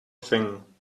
thing